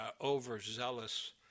overzealous